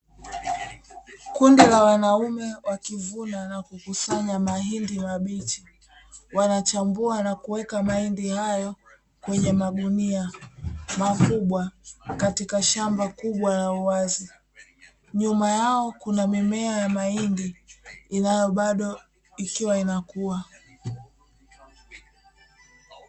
Kundi la wanaume wakivuna na kukusanya mahindi mabichi, wanachambua na kuweka mahindi hayo kwenye magunia makubwa katika shamba kubwa la uwazi. Nyuma yao kuna mimea ya mahindi inayo bado ikiwa inakuwa.